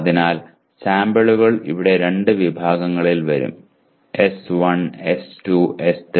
അതിനാൽ സാമ്പിളുകൾ ഇവിടെ രണ്ട് വിഭാഗങ്ങളിൽ വരും എസ് 1 എസ് 2 എസ് 3